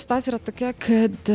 situacija yra tokia kad